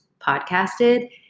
podcasted